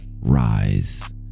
rise